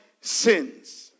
sins